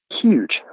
huge